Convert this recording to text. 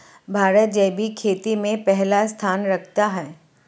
भारत जैविक खेती में पहला स्थान रखता है